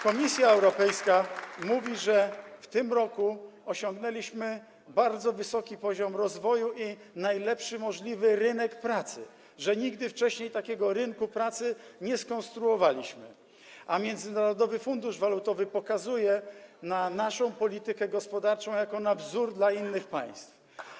Komisja Europejska mówi, że w tym roku osiągnęliśmy bardzo wysoki poziom rozwoju i najlepszy możliwy rynek pracy, że nigdy wcześniej takiego rynku pracy nie skonstruowaliśmy, a Międzynarodowy Fundusz Walutowy wskazuje naszą politykę gospodarczą jako wzór dla innych państw.